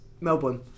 Melbourne